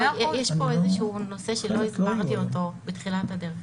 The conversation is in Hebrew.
יש כאן איזשהו נושא שלא אמרתי אותו בתחילת הדרך.